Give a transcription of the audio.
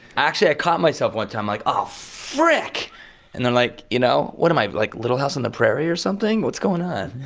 actually, i caught myself one time, like off rick and then like, you know, what am i? like little house on the prairie or something? what's going on?